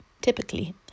Typically